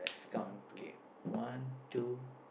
let's count okay one two